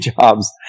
Jobs